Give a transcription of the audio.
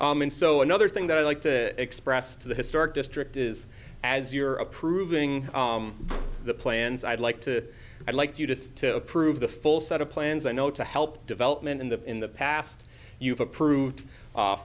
and so another thing that i'd like to express to the historic district is as you're approving the plans i'd like to i'd like you just to approve the full set of plans i know to help development in the in the past you've approved